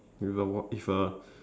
with a with a